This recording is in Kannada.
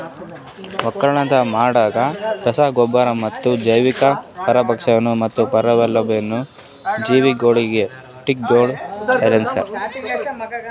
ಒಕ್ಕಲತನ ಮಾಡಾಗ್ ರಸ ಗೊಬ್ಬರ ಮತ್ತ ಜೈವಿಕ, ಪರಭಕ್ಷಕ ಮತ್ತ ಪರಾವಲಂಬಿ ಜೀವಿಗೊಳ್ಲಿಂದ್ ಕೀಟಗೊಳ್ ಸೈಸ್ತಾರ್